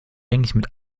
eigentlich